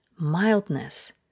mildness